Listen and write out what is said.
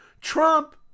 Trump